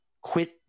quit